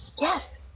Yes